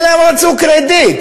אלא הן רצו קרדיט.